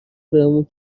بهمون